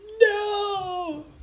No